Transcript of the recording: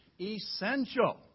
essential